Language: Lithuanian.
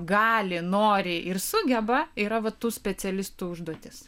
gali nori ir sugeba yra vat tų specialistų užduotis